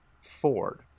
Ford